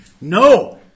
No